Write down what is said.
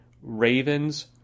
Ravens